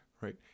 right